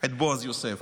בועז יוסף.